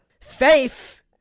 Faith